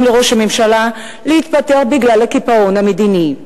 לראש הממשלה להתפטר בגלל הקיפאון המדיני.